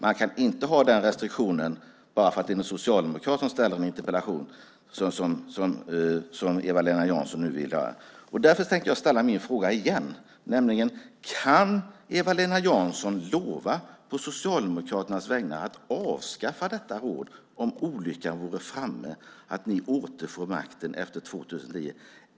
Man kan inte ha den restriktion som Eva-Lena Jansson nu vill ha bara för att det är en socialdemokrat som ställt en interpellation. Därför tänker jag ställa min fråga igen, nämligen: Kan Eva-Lena Jansson lova på Socialdemokraternas vägnar att avskaffa detta råd om olyckan vore framme att ni återfår makten 2010?